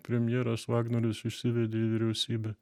premjeras vagnorius išsivedė į vyriausybę